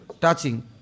Touching